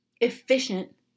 efficient